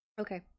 Okay